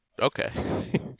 Okay